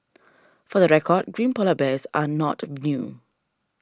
for the record green Polar Bears are not new